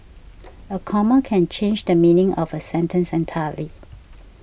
a comma can change the meaning of a sentence entirely